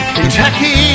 Kentucky